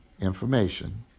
information